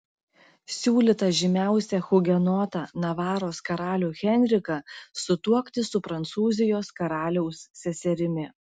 siūlyta žymiausią hugenotą navaros karalių henriką sutuokti su prancūzijos karaliaus seserimi